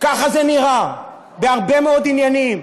ככה זה נראה בהרבה מאוד עניינים,